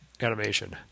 animation